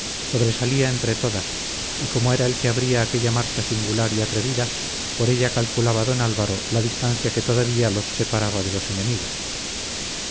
sobresalía entre todas y como era el que abría aquella marcha singular y atrevida por ella calculaba don álvaro la distancia que todavía los separaba de los enemigos